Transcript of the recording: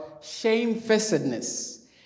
shamefacedness